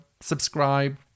subscribe